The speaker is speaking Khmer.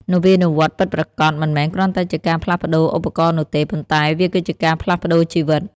នវានុវត្តន៍ពិតប្រាកដមិនមែនគ្រាន់តែជាការផ្លាស់ប្តូរឧបករណ៍នោះទេ ប៉ុន្តែវាគឺជាការផ្លាស់ប្តូរជីវិត។